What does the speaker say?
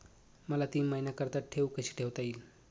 मला तीन महिन्याकरिता ठेव कशी ठेवता येईल?